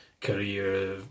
Career